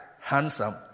handsome